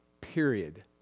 Period